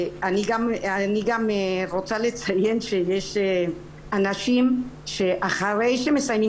אני גם רוצה לציין שיש אנשים שאחרי שמסיימים